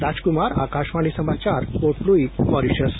राजकुमार आकाशवाणी समाचार Port Louis Mauritius